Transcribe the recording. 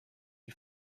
you